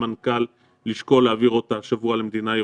שאתמול החלטנו להמליץ למנכ"ל לשקול להעביר אותה השבוע למדינה ירוקה,